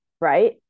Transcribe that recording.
right